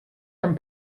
from